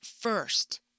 first